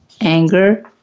anger